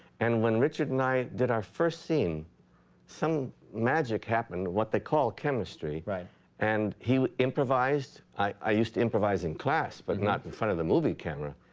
and when richard and i did our first scene some magic happened, what they call chemistry, and he improvised, i used to improvise in class, but not in front of the movie camera.